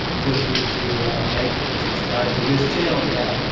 feel free to like and subscribe to this channel. yeah,